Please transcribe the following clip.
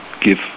give